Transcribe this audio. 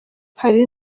hari